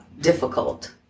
difficult